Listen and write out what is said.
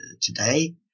today